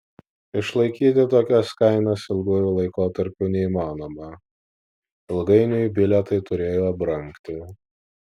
išlaikyti tokias kainas ilguoju laikotarpiu neįmanoma ilgainiui bilietai turėjo brangti